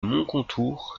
moncontour